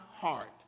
heart